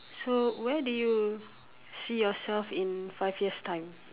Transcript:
so where do you see yourself in five years time